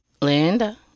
Linda